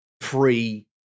pre